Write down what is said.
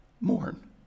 Mourn